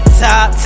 top